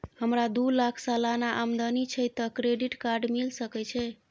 हमरा दू लाख सालाना आमदनी छै त क्रेडिट कार्ड मिल सके छै?